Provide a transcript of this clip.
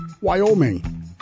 Wyoming